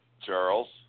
Charles